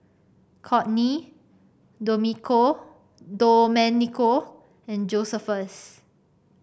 Kortney Domenico and Josephus